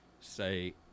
say